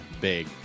big